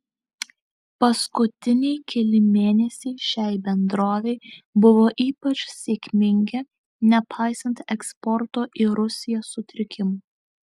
paskutiniai keli mėnesiai šiai bendrovei buvo ypač sėkmingi nepaisant eksporto į rusiją sutrikimų